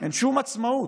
אין שום עצמאות.